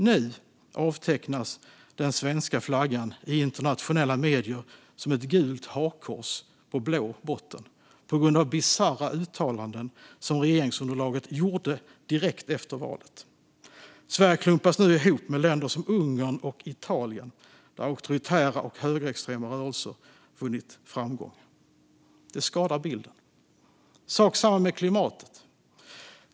Nu avtecknas den svenska flaggan i internationella medier som ett gult hakkors på blå botten, på grund av bisarra uttalanden som regeringsunderlaget gjorde direkt efter valet. Sverige klumpas nu ihop med länder som Ungern och Italien, där auktoritära och högerextrema rörelser vunnit framgång. Detta skadar bilden av oss. Det är samma sak med klimatet.